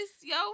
yo